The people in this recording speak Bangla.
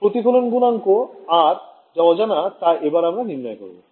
প্রতিফলন গুনাঙ্ক R যা অজানা তা এবার আমরা নির্ণয় করবো